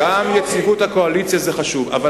גם יציבות הקואליציה חשובה.